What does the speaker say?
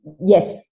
yes